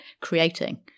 creating